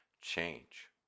change